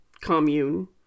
commune